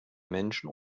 menschen